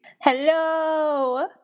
hello